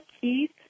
Keith